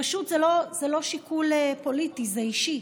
פשוט זה לא שיקול פוליטי, זה אישי.